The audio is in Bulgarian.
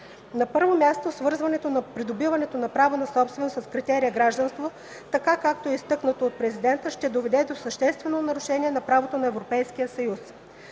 На първо място свързването на придобиването на право на собственост с критерия „гражданство”, така както е изтъкнато от Президента, ще доведе до съществено нарушение на правото на Европейския съюз.